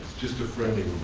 just a friendly